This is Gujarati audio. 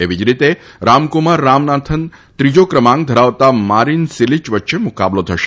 એવી જ રીતે રામકુમાર રામનાથન અને ત્રીજો ક્રમાંક ધરાવતા મારીન સિલીચ વચ્ચે મુકાબલો થશે